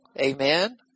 Amen